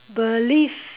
believe